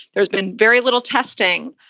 there's been very little testing.